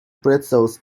pretzels